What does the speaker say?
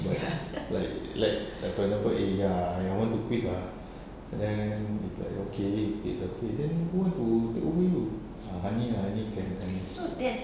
like like like for example ya I want to quit ah and then if like okay you quit okay then who want to take over you ah hani ah hani can and